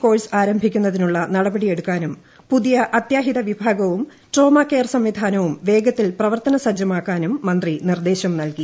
course ആരംഭിക്കുന്നതിനുള്ള നടപടിയെടുക്കാനും പുതിയ അത്യാഹിത വിഭാഗവും ട്രോമകെയർ സംവിധാനവും വേഗത്തിൽ പ്രവർത്തനസജ്ജമാക്കാനും മന്ത്രി നിർദേശം നൽകി